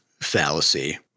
fallacy